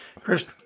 Chris